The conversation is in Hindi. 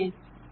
यह एक लाभ है